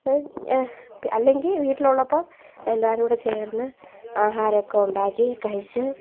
അല്ലെങ്കിൽ വീട്ടിലുള്ളപ്പോൾ എല്ലാവരും കൂടി ചേർന്ന് ആഹാരമൊക്കെ ഉണ്ടാക്കി കഴിച്ച്